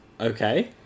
Okay